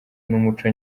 n’umuco